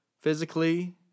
physically